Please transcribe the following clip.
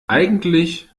eigentlich